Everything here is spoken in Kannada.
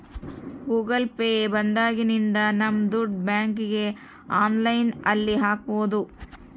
ಗೂಗಲ್ ಪೇ ಬಂದಾಗಿನಿಂದ ನಮ್ ದುಡ್ಡು ಬ್ಯಾಂಕ್ಗೆ ಆನ್ಲೈನ್ ಅಲ್ಲಿ ಹಾಕ್ಬೋದು